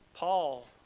Paul